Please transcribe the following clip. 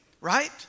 right